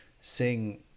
sing